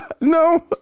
No